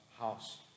house